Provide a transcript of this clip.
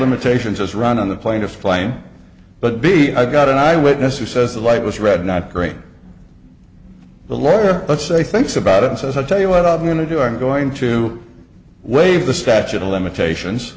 limitations has run on the plaintiff flying but b i got an eyewitness who says the light was red not green the lawyer let's say thinks about it and says i tell you what i'm going to do i'm going to waive the statute of limitations